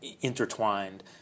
intertwined